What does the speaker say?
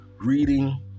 reading